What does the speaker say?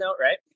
right